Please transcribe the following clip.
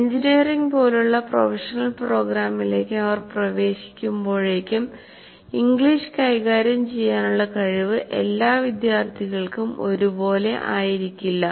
engineering പോലുള്ള professional പ്രോഗ്രാമിലേക്ക് അവർ പ്രവേശിക്കുമ്പോഴേക്കുംഇംഗ്ലീഷ് കൈകാര്യം ചെയ്യാനുള്ള കഴിവ് എല്ലാ വിദ്യാർത്ഥികൾക്കും ഒരുപോലെ ആയിരിക്കില്ല